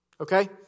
Okay